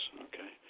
okay